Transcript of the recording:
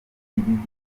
y’igihugu